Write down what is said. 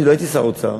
אני לא הייתי שר האוצר.